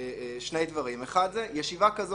שני דברים: האחד - ישיבה כזאת,